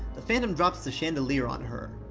the phantom drops the chandelier on her.